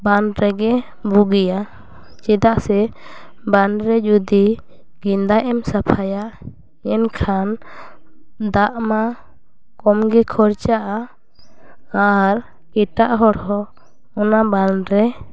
ᱵᱟᱸᱫ ᱨᱮᱜᱮ ᱵᱩᱜᱤᱭᱟ ᱪᱮᱫᱟᱜ ᱥᱮ ᱵᱟᱸᱫ ᱨᱮ ᱡᱩᱫᱤ ᱜᱮᱫᱟᱜ ᱮᱢ ᱥᱟᱯᱷᱟᱭᱟ ᱮᱱᱠᱷᱟᱱ ᱫᱟᱜ ᱢᱟ ᱠᱚᱢ ᱜᱮ ᱠᱷᱚᱨᱪᱟᱜᱼᱟ ᱟᱨ ᱮᱴᱟᱜ ᱦᱚᱲ ᱦᱚᱸ ᱚᱱᱟ ᱵᱟᱸᱫ ᱨᱮ